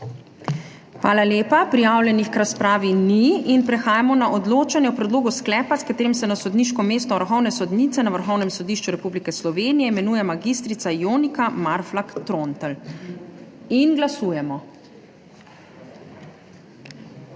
Hvala lepa. Prijavljenih k razpravi ni. Prehajamo na odločanje o predlogu sklepa, s katerim se na sodniško mesto vrhovne sodnice na Vrhovnem sodišču Republike Slovenije imenuje mag. Jonika Marflak Trontelj. Glasujemo.